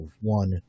one